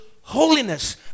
holiness